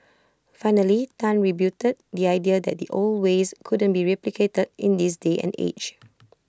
finally Tan rebutted the idea that the old ways couldn't be replicated in this day and age